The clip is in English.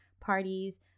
parties